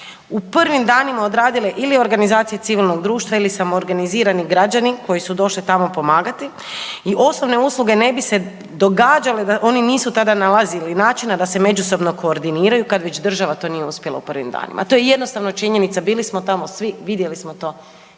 u prvim danima odradile ili organizacije civilnog društva ili samoorganizirani građani koji su došli tamo pomagati i osnovne usluge ne bi se događale da oni nisu tada nalazili načina da se međusobno koordiniraju kad već država to nije uspjela u prvim danima. To je jednostavno činjenica, bili smo tamo svi, vidjeli smo i